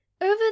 over